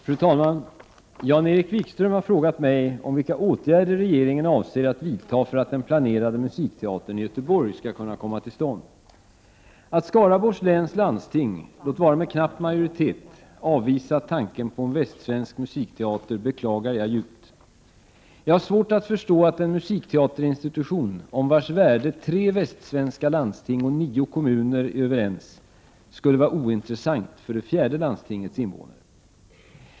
Fru talman! Jan-Erik Wikström har frågat mig om vilka åtgärder regeringen avser att vidta för att den planerade musikteatern i Göteborg skall kunna komma till stånd. Att Skaraborgs läns landsting, låt vara med knapp majoritet, avvisat tanken på en västsvensk musikteater beklagar jag djupt. Jag har svårt att förstå att en musikteaterinstitution, om vars värde tre västsvenska landsting och nio kommuner är överens, skulle vara ointressant för det fjärde landstingets invånare.